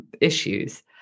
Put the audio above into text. issues